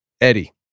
Eddie